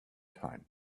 time